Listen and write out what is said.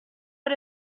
per